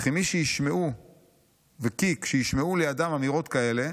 וכי כשישמעו לידם אמירות כאלה,